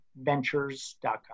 ventures.com